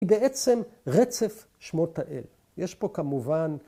‫היא בעצם רצף שמות האל. ‫יש פה כמובן...